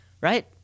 Right